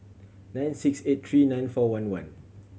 nine six eight three nine four one one